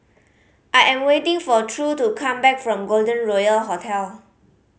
I am waiting for True to come back from Golden Royal Hotel